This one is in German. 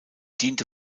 diente